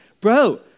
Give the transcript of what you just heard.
bro